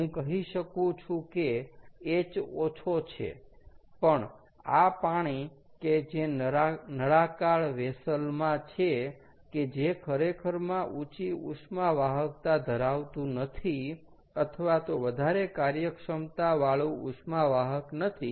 હું કહી શકું છું કે h ઓછો છે પણ આ પાણી કે જે નળાકાર વેસલ માં છે કે જે ખરેખરમાં ઉચી ઉષ્મા વાહકતા ધરાવતું નથી અથવા તો વધારે કાર્યક્ષમતાવાળું ઉષ્મા વાહક નથી